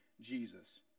Jesus